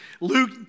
Luke